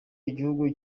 igihugu